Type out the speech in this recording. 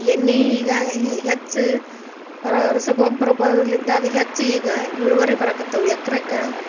ಎನ್ನಿ ಈಗ ಹೆಚ್ಚು ರಸಗೊಬ್ರ ಬರಲಿದ್ದ ಅದು ಹೆಚ್ಚು ಈಗ ಇಳುವರಿ ಬರಕತ್ತವು ಎಕ್ರೆಕ್ಕ